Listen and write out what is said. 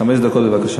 חמש דקות, בבקשה.